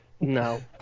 No